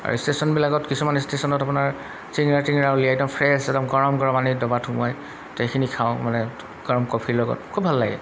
আৰু ষ্টেচনবিলাকত কিছুমান ষ্টেচনত আপোনাৰ চিঙৰা টিঙৰা উলিয়াই একদম ফ্ৰেছ একদম গৰম গৰম আনি দবাত সোমোৱাই সেইখিনি খাওঁ মানে গৰম কফিৰ লগত খুব ভাল লাগে